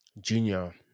Junior